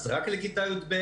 אז רק לכיתה י"ב,